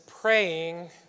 praying